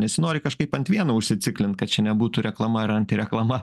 nesinori kažkaip ant vieno užsiciklint kad čia nebūtų reklama ar antireklama